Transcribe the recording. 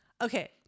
Okay